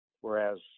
whereas